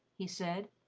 he said.